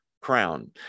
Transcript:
crown